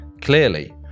Clearly